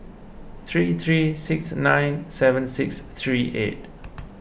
three three six nine seven six three eight